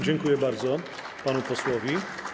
Dziękuję bardzo panu posłowi.